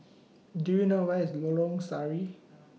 Do YOU know Where IS Lorong Sari